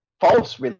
false